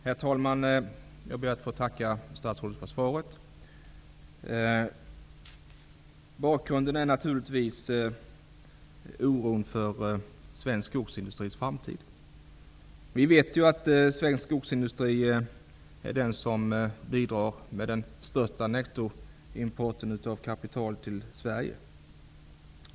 Herr talman! Jag ber att få tacka statsrådet för svaret. Bakgrunden till frågan är naturligtvis oron för svensk skogsindustris framtid. Vi vet att svensk skogsindustri bidrar med den största delen av nettoimporten av kapital till Sverige.